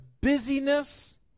busyness